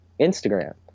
Instagram